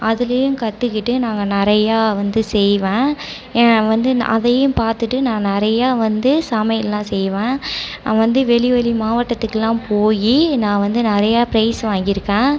அதுலேயும் கற்றுக்கிட்டு நாங்கள் நிறையா வந்து செய்வேன் ஏன்னால் வந்து நான் அதையும் பார்த்துட்டு நான் நிறையா வந்து சமையலெல்லாம் செய்வேன் வந்து வெளி வெளி மாவட்டத்துக்குலாம் போய் நான் வந்து நிறையா ப்ரைஸ் வாங்கி இருக்கேன்